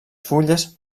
fulles